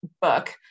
book